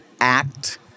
act